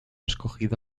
escogido